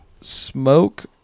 smoke